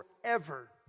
forever